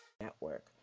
Network